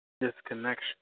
disconnection